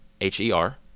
H-E-R